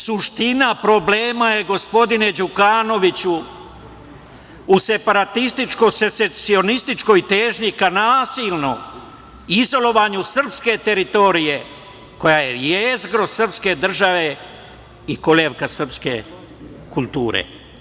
Suština problema je, gospodine Đukanoviću, u separatističko-sesesionističkoj težnji ka nasilnom izolovanju srpske teritorije koja je jezgro srpske države i kolevka srpske kulture.